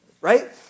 right